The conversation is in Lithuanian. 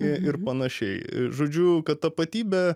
ir panašiai žodžiu kad tapatybė